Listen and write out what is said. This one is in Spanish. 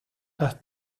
las